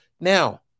Now